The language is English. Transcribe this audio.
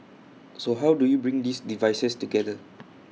so how do you bring these devices together